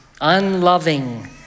unloving